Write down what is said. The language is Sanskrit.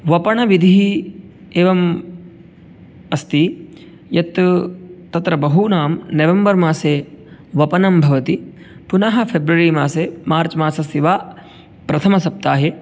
वपनविधिः एवम् अस्ति यत् तत्र बहूनां नेवेम्बर् मासे वपनं भवति पुनः फ़ेब्रुवरि मासे मार्च् मासस्य वा प्रथमसप्ताहे